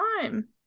time